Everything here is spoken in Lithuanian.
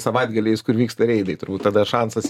savaitgaliais kur vyksta reidai turbūt tada šansas